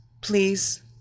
please